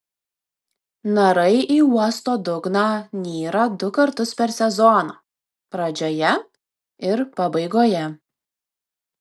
narai į uosto dugną nyra du kartus per sezoną pradžioje ir pabaigoje